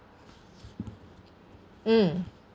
mm